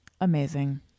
Amazing